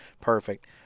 Perfect